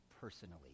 personally